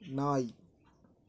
நாய்